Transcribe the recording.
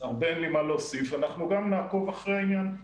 גם אנחנו נעקוב אחרי העניין.